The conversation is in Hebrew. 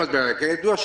כידוע,